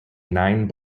nine